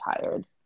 tired